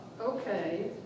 okay